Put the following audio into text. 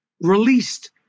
released